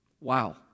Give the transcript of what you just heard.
Wow